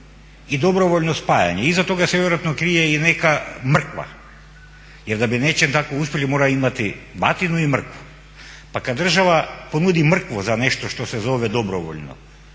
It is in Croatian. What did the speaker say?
i dobrovoljno spajanje. I iza toga se vjerojatno krije i neka mrkva. Jer da bi u nečemu takvom uspjeli moraju imati batinu i mrkvu. Pa kad država ponudi mrkvu za nešto što se zove dobrovoljno,